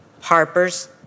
Harper's